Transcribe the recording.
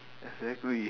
exactly